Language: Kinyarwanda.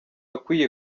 akwiye